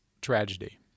tragedy